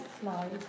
slide